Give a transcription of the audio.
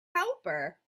helper